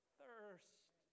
thirst